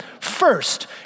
First